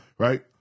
Right